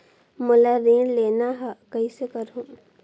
मोला ऋण लेना ह, कइसे करहुँ?